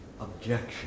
objection